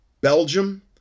Belgium